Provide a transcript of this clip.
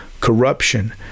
corruption